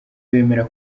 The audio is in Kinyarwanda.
bemera